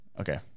Okay